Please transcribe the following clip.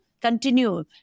continue